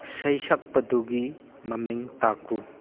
ꯁꯩꯁꯛꯄꯗꯨꯒꯤ ꯃꯃꯤꯡ ꯇꯥꯛꯎ